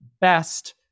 best